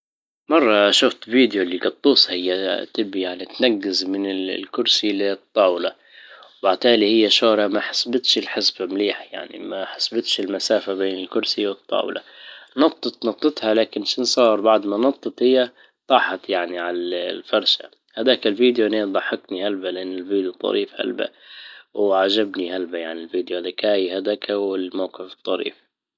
مرة شفت فيديو لقطوس هي تبى يعنى تنجز من الكرسي للطاولة وبعدها اللي هي شوفته ما حسبتش الحسبه مليح يعني ما حسبتش المسافة بين الكرسي والطاولة نطت نطتها لكن شين صار بعد ما نطت هي طاحت يعني عالفرشة هذاك الفيديو لين ضحكني هالبا لان الفيديو طريف هالبا وعجبني هالبا يعني الفيديو لكاى هذاكا والموجف الطريف